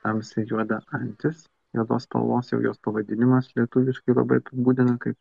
tamsiai juoda antis juodos spalvos jau jos pavadinimas lietuviškai labai apibūdina kaip